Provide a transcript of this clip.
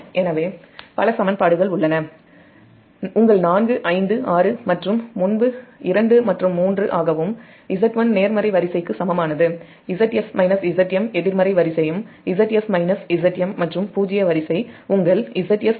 எனவேபல சமன்பாடுகள் உள்ளன 4 5 6 மற்றும் முன்பு 2 மற்றும் 3 ஆகவும்Z1 நேர்மறை வரிசைக்கு சமமானது Zs Zm எதிர்மறை வரிசையும் Zs Zm மற்றும் பூஜ்ஜிய வரிசை உங்கள் Zs 2 Zm ஆக மாறும்